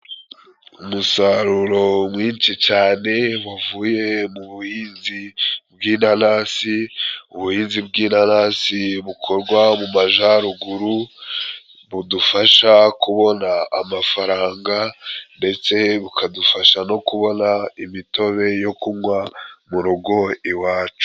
Umusaruro mwinshi cane guvuye mu buhinzi bw'inanasi, ubuhinzi bw'inanasi bukorwa mu majaruguru, budufasha kubona amafaranga ndetse bukadufasha no kubona imitobe yo kunywa mu rugo iwacu.